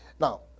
Now